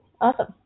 Awesome